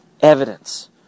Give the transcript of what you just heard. evidence